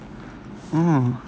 ah